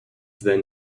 then